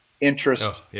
interest